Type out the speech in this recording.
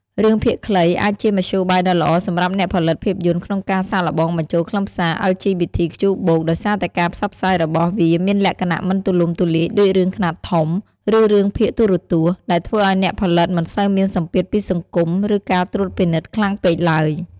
រឿងភាគខ្លី អាចជាមធ្យោបាយដ៏ល្អសម្រាប់អ្នកផលិតភាពយន្តក្នុងការសាកល្បងបញ្ចូលខ្លឹមសារ អិល ជី ប៊ី ធី ខ្ជូ បូក (LGBTQ+) ដោយសារតែការផ្សព្វផ្សាយរបស់វាមានលក្ខណៈមិនទូលំទូលាយដូចរឿងខ្នាតធំ ឬរឿងភាគទូរទស្សន៍ ដែលធ្វើឱ្យអ្នកផលិតមិនសូវមានសម្ពាធពីសង្គម ឬការត្រួតពិនិត្យខ្លាំងពេកទ្បើយ។